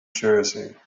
jersey